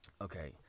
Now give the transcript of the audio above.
okay